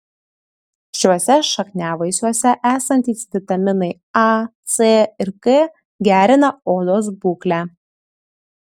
šiuose šakniavaisiuose esantys vitaminai a c ir k gerina odos būklę